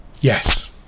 yes